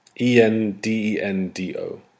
E-N-D-E-N-D-O